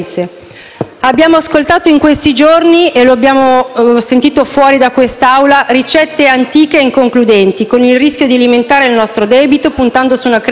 Negli ultimi giorni abbiamo sentito fuori da quest'Aula ricette antiche e inconcludenti, con il rischio di alimentare il nostro debito, puntando su una crescita